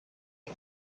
and